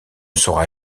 saura